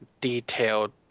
detailed